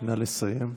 נא לסיים.